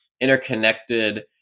interconnected